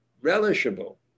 relishable